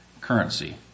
currency